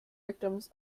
victims